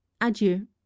Adieu